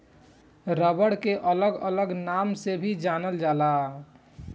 rubber के अलग अलग नाम से भी जानल जाला